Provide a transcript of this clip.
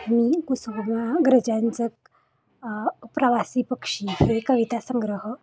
मी कुसुमाग्रजांचं प्रवासी पक्षी हे कविता संग्रह